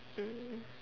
mm